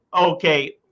okay